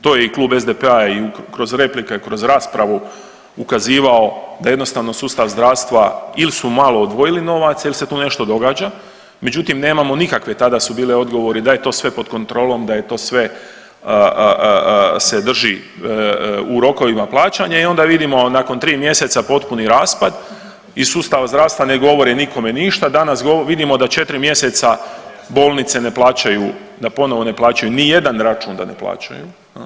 To je i Klub SDP-a i kroz replike i kroz raspravu ukazivao da jednostavno sustav zdravstva ili su malo odvojili novac ili se tu nešto događa, međutim, nemamo nikakve, tada su bili odgovori da je to sve pod kontrolom, da je to sve se drži u rokovima plaćanja i onda vidimo nakon 3 mjeseca potpuni raspad iz sustava zdravstva ne govori nikome ništa, danas vidimo da 4 mjeseca bolnice ne plaćaju, da ponovo ne plaćaju nijedan račun da ne plaćaju.